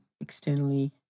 externally